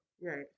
Right